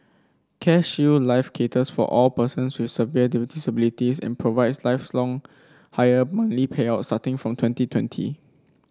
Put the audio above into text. CareShield Life caters for all persons with severe disabilities and provides lifelong higher monthly payout from twenty twenty